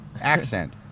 accent